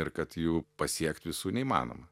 ir kad jų pasiekt visų neįmanoma